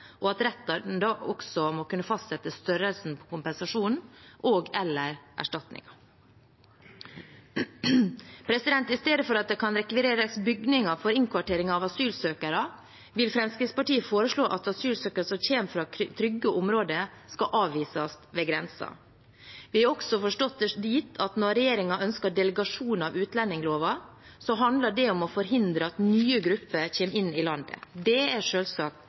og at retten da også må kunne fastsette størrelsen på kompensasjonen og/eller erstatningen. I stedet for at det kan rekvireres bygninger for innkvartering av asylsøkere, vil Fremskrittspartiet foreslå at asylsøkere som kommer fra trygge områder, skal avvises ved grensen. Vi har også forstått det dit at når regjeringen ønsker delegasjon av utlendingsloven, handler det om å forhindre at nye grupper kommer inn i landet. Det er